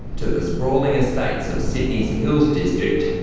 to the sprawling estates of sydney's hills district